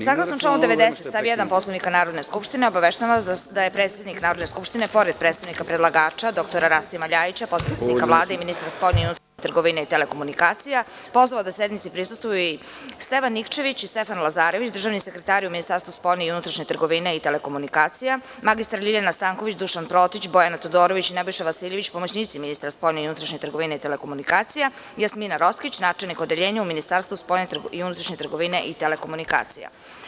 Saglasno članu 90. stav 1. Poslovnika Narodne skupštine, obaveštavam vas da je predsednik Narodne skupštine, pored predstavnika predlagača dr Rasima Ljajića, potpredsednika Vlade i ministra spoljne i unutrašnje trgovine i telekomunikacija, pozvao da sednici prisustvuju i: Stefan Nikčević i Stefan Lazarević, državni sekretari u Ministarstvu spoljne i unutrašnje trgovine i telekomunikacija, mr Ljiljana Stanković, Dušan Protić, Bojana Todorović i Nebojša Vasiljević, pomoćnici ministra spoljne i unutrašnje trgovine i telekomunikacija i Jasmina Roskić, načelnik Odeljenja u Ministarstvu spoljne i unutrašnje trgovine i telekomunikacija.